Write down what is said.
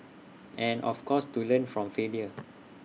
and of course to learn from failure